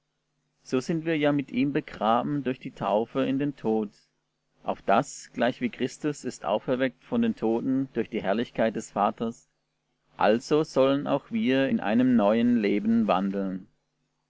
so sind wir ja mit ihm begraben durch die taufe in den tod auf daß gleichwie christus ist auferweckt von den toten durch die herrlichkeit des vaters also sollen auch wir in einem neuen leben wandeln